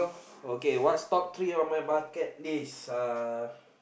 okay what's top three on my bucket list uh